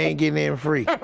they ain't gettin' in free!